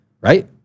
Right